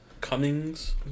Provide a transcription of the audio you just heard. Cummings